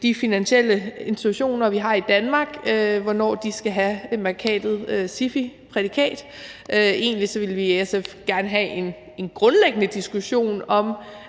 de finansielle institutioner, vi har i Danmark, skal have SIFI-prædikatet. Egentlig vil vi i SF gerne have en grundlæggende diskussion om